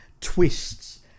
twists